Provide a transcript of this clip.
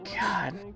God